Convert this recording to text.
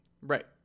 Right